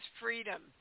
freedom